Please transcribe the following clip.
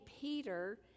Peter